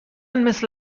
مثل